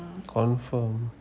confirm